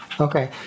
Okay